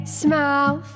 smile